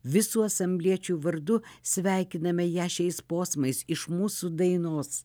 visų asambliečių vardu sveikiname ją šiais posmais iš mūsų dainos